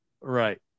Right